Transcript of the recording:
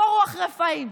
כמו רוח רפאים,